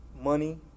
money